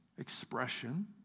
expression